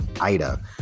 Ida